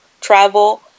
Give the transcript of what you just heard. travel